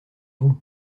vous